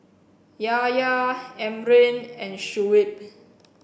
Yahya Amrin and Shuib